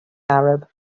arab